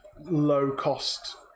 low-cost